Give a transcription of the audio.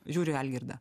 žiūriu į algirdą